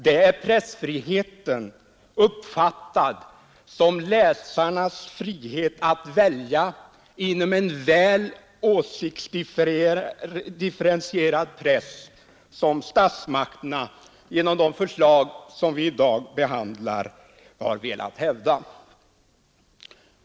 Det är pressfriheten uppfattad som läsarnas frihet att välja inom en väl differentierad press som statsmakterna genom de förslag som vi i dag behandlar har velat hävda.